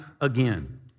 again